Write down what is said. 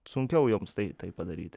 sunkiau joms tai tai padaryt